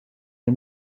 des